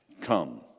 come